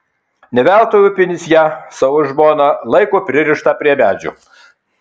ne veltui upinis ją savo žmoną laiko pririštą prie medžio